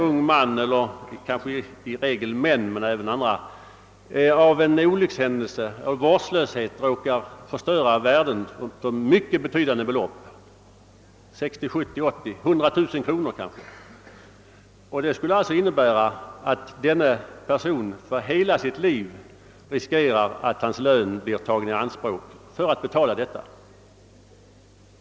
Det inträffar ju att någon person på grund av vårdslöshet råkar förstöra värden till mycket betydande belopp — 560 000, 70 000, 80 000 eller kanske 100 000 kronor. En sådan person skulle alltså riskera att hans lön blev tagen i anspråk för skadeståndet under hela hans liv.